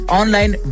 online